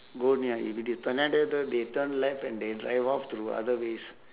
go near it because tornadoes they turn left and they drive off to other ways